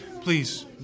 Please